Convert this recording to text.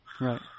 Right